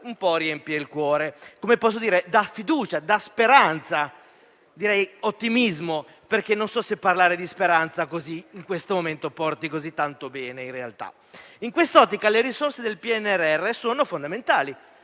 che riempie il cuore, dà fiducia e speranza - anzi, direi ottimismo - perché non so se parlare di speranza in questo momento porti così tanto bene, in realtà. In quest'ottica, le risorse del PNRR sono fondamentali.